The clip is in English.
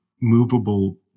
movable